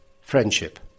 friendship